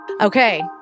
Okay